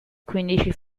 quindici